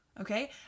Okay